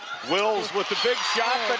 wills with the big